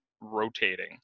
rotating